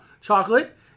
chocolate